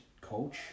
coach